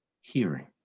hearing